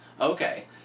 Okay